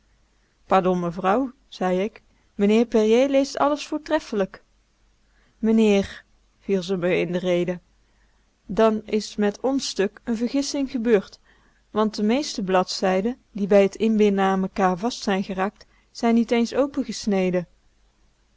pardon mevrouw zei ik meneer périer leest alles voortreffelijk meneer viel ze me in de rede dan is met ons stuk n vergissing gebeurd want de meeste bladzijden die bij t inbinden aan mekaar vast zijn geraakt zijn niet eens open